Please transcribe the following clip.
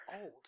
Old